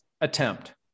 attempt